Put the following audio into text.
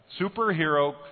Superhero